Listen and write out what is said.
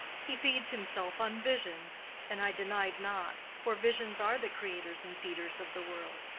he feeds himself on visions and i denied not for visions are the creators and feeders of the world.